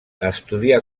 estudià